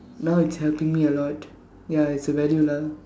now it's helping me a lot ya it's a value lah